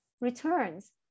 returns